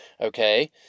okay